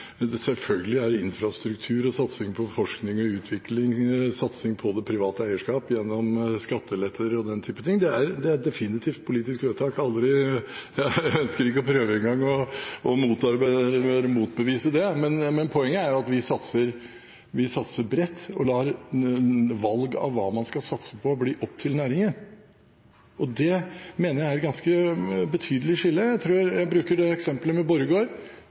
Selvfølgelig er infrastruktur, satsing på forskning og utvikling, satsing på det private eierskap gjennom skatteletter og den type ting definitivt politiske vedtak – jeg ønsker ikke engang å prøve å motarbeide eller å motbevise det. Poenget er at vi satser bredt og lar valg av hva man skal satse på, bli opp til næringen. Det mener jeg er et ganske betydelig skille. Jeg bruker eksempelet Borregaard: Man hadde aldri fått noen i Stortinget for 20 år siden til å si at Borregaard ville være det